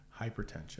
hypertension